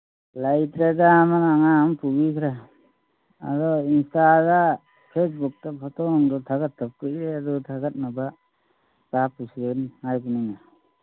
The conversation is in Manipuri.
ꯂꯩꯇ꯭ꯔꯦꯗ ꯑꯃꯅ ꯑꯉꯥꯡ ꯑꯃꯅ ꯄꯨꯕꯤꯈ꯭ꯔꯦ ꯑꯗꯨ ꯏꯟꯁꯇꯥꯗ ꯐꯦꯁꯕꯨꯛꯇ ꯐꯣꯇꯣ ꯅꯨꯡꯗꯣ ꯊꯥꯒꯠꯇꯕ ꯀꯨꯏꯔꯦ ꯑꯗꯨ ꯊꯥꯒꯠꯅꯕ ꯀꯥꯞꯄꯨꯁꯦ ꯍꯥꯏꯕꯅꯤꯅꯦ